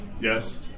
yes